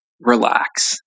relax